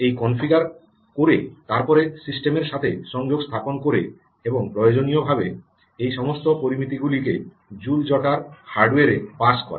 এটি কনফিগার করে তারপরে সিস্টেমের সাথে সংযোগ স্থাপন করে এবং প্রয়োজনীয়ভাবে এই সমস্ত পরামিতিগুলিকে জুল জটার হার্ডওয়ারে পাস করে